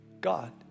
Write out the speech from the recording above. God